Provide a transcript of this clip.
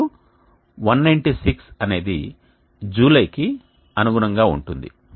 మరియు 196 అనేది జూలైకి అనుగుణంగా ఉంటుంది